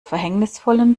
verhängnisvollen